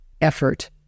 effort